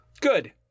Good